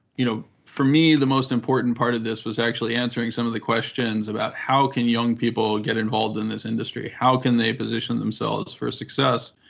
you know for me, the most important part of this was actually answering some of the questions about how can young people get involved in this industry? how can they position themselves for success?